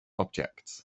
objects